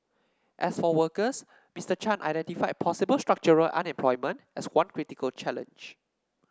as for workers Mister Chan identified possible structural unemployment as one critical challenge